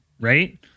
right